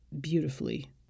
beautifully